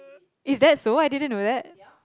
is that so I didn't know that